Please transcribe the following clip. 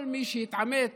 כל מי שהתעמת